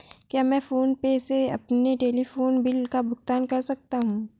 क्या मैं PhonePe से अपने टेलीफोन बिल का भुगतान कर सकता हूँ?